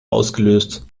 ausgelöst